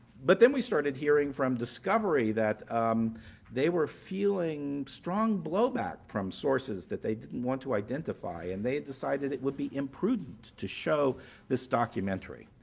but then we started hearing from discovery that they were feeling strong blowback from sources that they didn't want to identify. and they decided it would be imprudent to show this documentary.